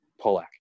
Polak